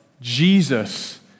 Jesus